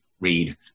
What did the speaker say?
read